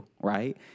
Right